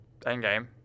Endgame